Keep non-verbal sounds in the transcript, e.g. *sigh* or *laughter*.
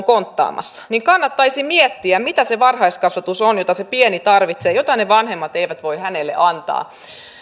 *unintelligible* konttaamassa kannattaisi miettiä mitä on se varhaiskasvatus jota se pieni tarvitsee jota ne vanhemmat eivät voi hänelle antaa